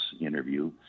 interview